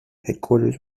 headquarters